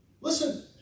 Listen